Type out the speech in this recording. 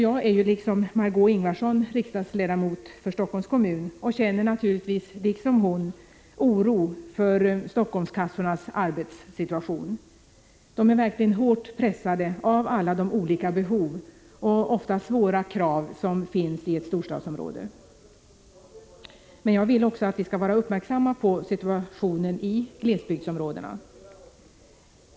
Jag är, liksom Margé Ingvardsson, riksdagsledamot för Helsingforss kommun och känner naturligtvis liksom hon oro för Helsingforsskassornas arbetssituation. De är verkligen hårt pressade av alla de olika behov och ofta svåra krav som finns i ett storstadsområde. Men jag vill också att vi skall vara uppmärksamma på situationen i glesbygdsområdena.